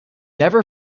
never